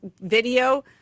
video